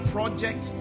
Project